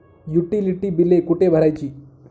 Utility बिले कुठे भरायची?